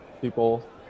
people